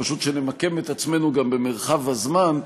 פשוט שנמקם את עצמנו גם במרחב הזמן,